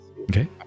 Okay